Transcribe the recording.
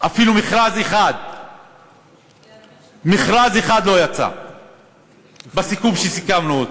ואפילו מכרז אחד לא יצא לפי הסיכום שסיכמנו,